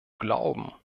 glauben